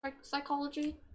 psychology